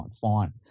fine